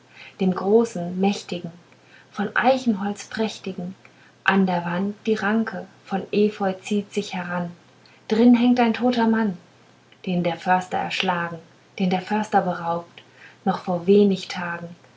dem großen mächtigen von eichenholz prächtigen an der wand die ranke von efeu zieht sich heran drin hängt ein toter mann den der förster erschlagen den der förster beraubt noch vor wenig tagen